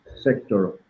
sector